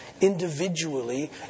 individually